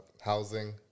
housing